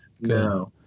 no